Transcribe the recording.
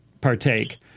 partake